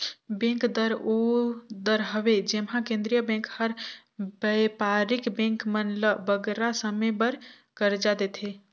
bank दर ओ दर हवे जेम्हां केंद्रीय बेंक हर बयपारिक बेंक मन ल बगरा समे बर करजा देथे